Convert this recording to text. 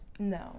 No